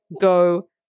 go